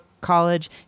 college